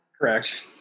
Correct